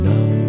Now